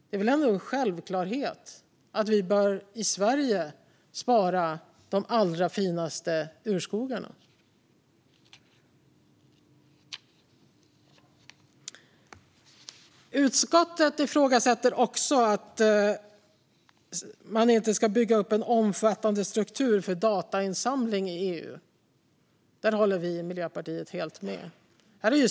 Det är väl ändå en självklarhet att vi i Sverige bör spara de allra finaste urskogarna. Utskottet ifrågasätter också att man ska bygga upp en omfattande struktur för datainsamling i EU. Där håller vi i Miljöpartiet helt med.